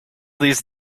these